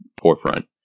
forefront